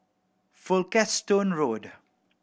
Folkestone Road